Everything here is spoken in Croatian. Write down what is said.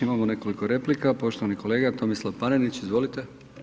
Imamo nekoliko replika, poštovani kolega Tomislav Panenić, izvolite.